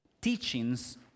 teachings